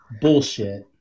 Bullshit